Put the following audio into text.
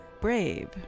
brave